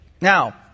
Now